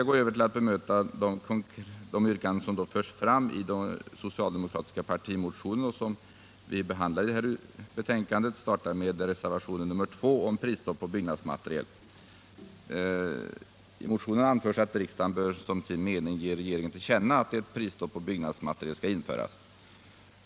Jag går nu över till att bemöta de konkreta yrkanden som förs fram i den socialdemokratiska partimotionen och som behandlas i betänkandet. Jag börjar då med reservationen 2 om prisstopp på byggnadsmaterial. I motionen anförs att riksdagen som sin mening ger regeringen till känna att ett prisstopp på byggnadsmaterial bör införas.